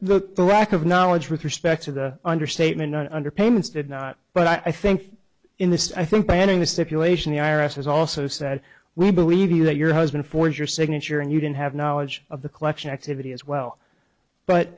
words the lack of knowledge with respect to the understatement under payments did not but i think in this i think banning the stipulation the i r s has also said we believe you that your husband for your signature and you didn't have knowledge of the collection activity as well but